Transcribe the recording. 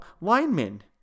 linemen